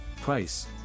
Price